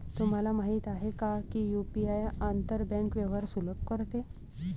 तुम्हाला माहित आहे का की यु.पी.आई आंतर बँक व्यवहार सुलभ करते?